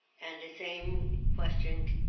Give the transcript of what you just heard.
and the same question